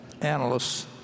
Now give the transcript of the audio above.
analysts